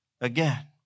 again